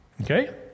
Okay